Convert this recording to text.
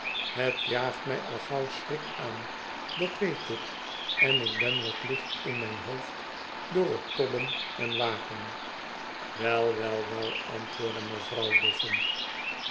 het jaagt mij al gauw schrik aan dat weet ik en ik ben wat licht in mijn hoofd door het tobben en waken wel wel wel antwoordde mevrouw boffin